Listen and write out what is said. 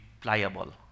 pliable